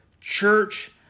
church